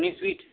Soni sweet